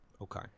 Okay